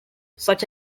such